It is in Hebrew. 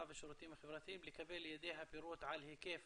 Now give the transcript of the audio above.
והשירותים החברתיים לקבל לידיה פירוט על היקף